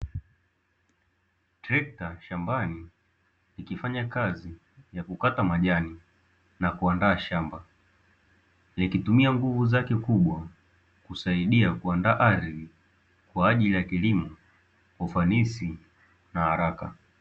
Trekya shambani ikifanya kazi ya kukata majani na kuandaa shamba. Likitumia nguvu zake kubwa kusaidia kuandaa ardhi kwa ajili ya kilimo, ufanisi na haraka.